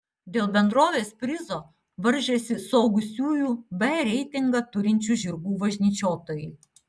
dėl bendrovės prizo varžėsi suaugusiųjų b reitingą turinčių žirgų važnyčiotojai